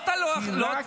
אתה לא מפריע לי.